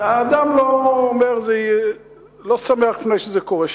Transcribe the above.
האדם לא שמח לפני שזה קורה.